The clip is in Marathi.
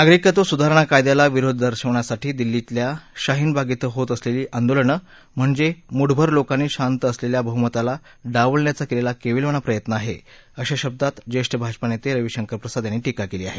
नागरिकत्व सुधारणा कायद्याला विरोध दर्शवण्यासाठी दिल्लीच्या शाहीन बाग इथं होत असलेली आंदोलनं म्हणजे मुठभर लोकांनी शांत असलेल्या बहुमताला डावलण्याचा केलेला केविलवाणा प्रयत्न आहे अशा शब्दा ज्येष्ठ भाजपा नेते रवीशंकर प्रसाद यांनी टीका केली आहे